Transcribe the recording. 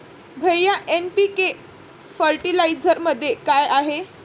भैय्या एन.पी.के फर्टिलायझरमध्ये काय आहे?